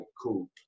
cool